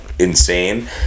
Insane